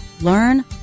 Learn